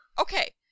okay